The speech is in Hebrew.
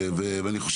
ואני,